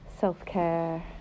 self-care